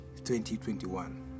2021